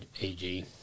AG